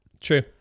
True